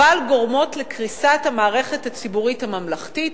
אבל גורמות לקריסת המערכת הציבורית הממלכתית,